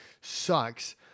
sucks